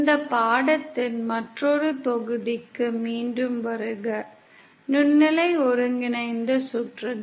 இந்த பாடத்தின் மற்றொரு தொகுதிக்கு மீண்டும் வருக நுண்ணலை ஒருங்கிணைந்த சுற்றுகள்